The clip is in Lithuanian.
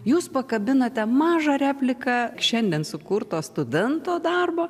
jūs pakabinate mažą repliką šiandien sukurtą studento darbo